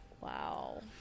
Wow